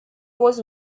was